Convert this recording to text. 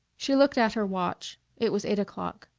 she looked at her watch it was eight o'clock.